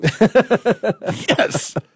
Yes